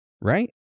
right